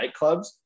nightclubs